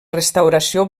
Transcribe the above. restauració